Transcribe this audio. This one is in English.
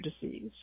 disease